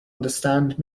understand